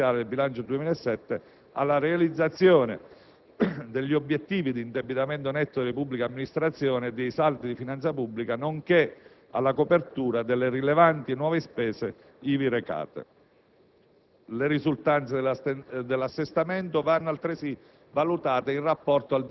che dispongono la destinazione delle maggiori entrate tributarie rispetto alle previsioni iniziali del bilancio 2007 alla realizzazione degli obiettivi dell'indebitamento netto delle pubbliche amministrazioni e dei saldi di finanza pubblica nonché alla copertura delle rilevanti nuove spese ivi recate.